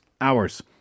hours